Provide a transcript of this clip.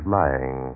lying